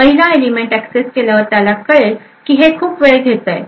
पहिला element access केल्यावर त्याला कळेल की हे खूप वेळ घेत आहे